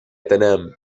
تنام